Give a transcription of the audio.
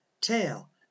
Tail